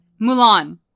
Mulan